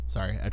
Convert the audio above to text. Sorry